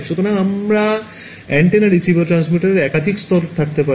সুতরাং আমার কাছে অ্যান্টেনা রিসিভার এবং ট্রান্সমিটারগুলির একাধিক স্তর থাকতে পারে